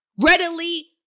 readily